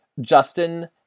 Justin